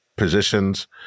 positions